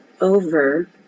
over